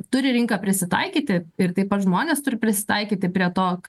turi rinka prisitaikyti ir taip pat žmonės turi prisitaikyti prie to